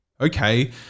Okay